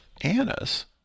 Annas